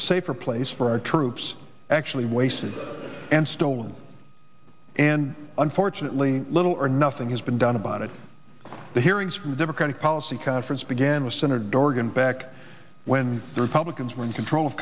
a safer place for our troops actually wasted and stolen and unfortunately little or nothing has been done about it the hearings from the democratic policy conference began with senator dorgan back when the republicans were in control of